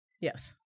yes